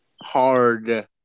Hard